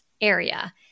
area